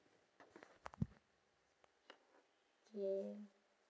K